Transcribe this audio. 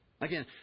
Again